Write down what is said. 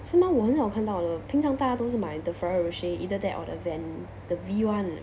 是吗我很少看到了平常大家都是买 the Ferrero Rocher either that or the van the V one